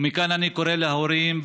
ומכאן אני קורא להורים,